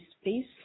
space